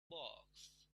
box